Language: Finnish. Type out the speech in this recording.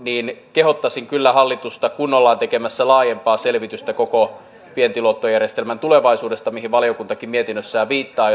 kehottaisin kyllä hallitusta kun ollaan jo tämän vuoden aikana tekemässä laajempaa selvitystä koko vientiluottojärjestelmän tulevaisuudesta mihin valiokuntakin mietinnössään viittaa